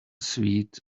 sweet